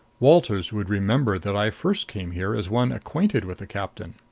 walters would remember that i first came here as one acquainted with the captain.